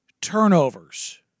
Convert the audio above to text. turnovers